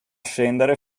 scendere